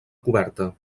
coberta